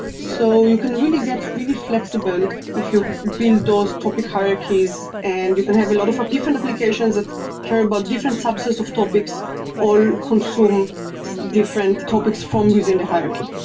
so you can really get really flexible if you build those topic hierarchies and you can have a lot of different applications that care about different subsets of topics all consume different topics from within the hierarchy.